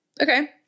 Okay